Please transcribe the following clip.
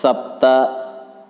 सप्त